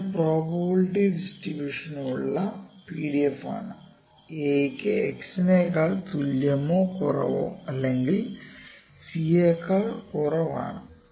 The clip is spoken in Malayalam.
ഇത് പ്രോബബിലിറ്റി ഡിസ്ട്രിബ്യൂഷനുള്ള PDF ആണ് എയ്ക്ക് X നേക്കാൾ തുല്യമോ കുറവോ അല്ലെങ്കിൽ സി യേക്കാൾ കുറവാണ് a xc